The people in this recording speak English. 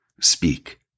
speak